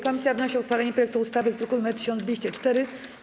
Komisja wnosi o uchwalenie projektu ustawy z druku nr 1204.